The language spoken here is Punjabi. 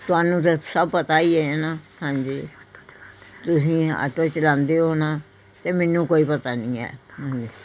ਤੁਹਾਨੂੰ ਤਾਂ ਸਭ ਪਤਾ ਹੀ ਹੈ ਨਾ ਹਾਂਜੀ ਤੁਸੀਂ ਆਟੋ ਚਲਾਉਂਦੇ ਹੋ ਨਾ ਅਤੇ ਮੈਨੂੰ ਕੋਈ ਪਤਾ ਨਹੀਂ ਆ ਹਾਂਜੀ